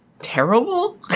Terrible